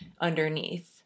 underneath